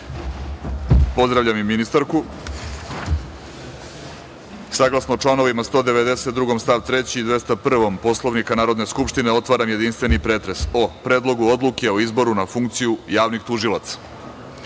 poslanika. Pozdravljam i ministarku. Saglasno članovima 192. stav 3. i 201. Poslovnika Narodne skupštine, otvaram jedinstveni pretres o Predlogu odluke o izboru na funkciju javnih tužilaca. Da